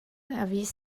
erwies